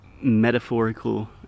Metaphorical